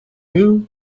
who